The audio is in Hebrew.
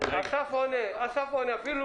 אסף יענה, לא